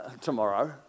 tomorrow